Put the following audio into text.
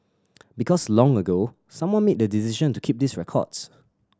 because long ago someone made the decision to keep these records